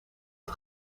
het